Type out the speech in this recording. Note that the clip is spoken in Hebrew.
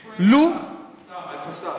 "לו, איפה יש שר?